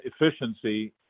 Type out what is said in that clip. efficiency